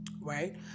Right